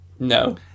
No